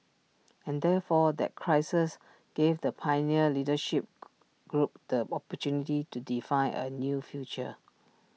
and therefore that crisis gave the pioneer leadership group the opportunity to define A new future